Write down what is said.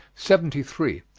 seventy three.